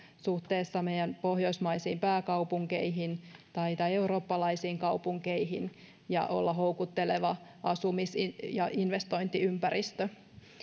suhteessa meidän pohjoismaisiin pääkaupunkeihin tai tai eurooppalaisiin kaupunkeihin ja olla houkutteleva asumis ja investointiympäristö